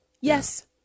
Yes